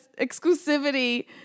exclusivity